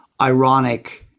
ironic